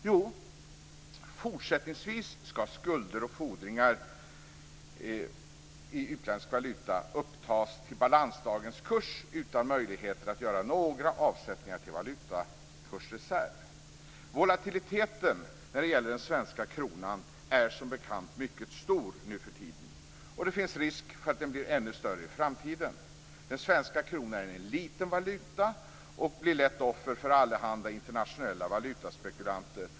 Jo, fortsättningsvis skall skulder och fordringar i utländsk valuta upptas till balansdagens kurs utan möjligheter att göra några avsättningar till valutakursreserv. Volatiliteten när det gäller den svenska kronan är som bekant mycket stor nu för tiden, och det finns risk för att den blir ännu större i framtiden. Den svenska kronan är en liten valuta. Den blir lätt offer för allehanda internationella valutaspekulanter.